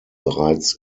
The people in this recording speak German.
bereits